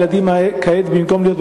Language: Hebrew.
כעת הילדים, במקום להיות בבית-הספר,